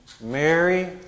Mary